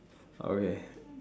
okay